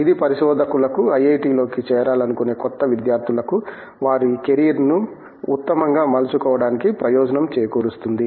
ఇది పరిశోధకులకు ఐఐటి లోకి చేరాలనుకునే కొత్త విద్యార్థులకు వారి కెరీర్ని ఉత్తమంగా మలచుకోవడానికి ప్రయోజనం చేకూరుస్తుంది